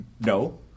No